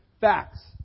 Facts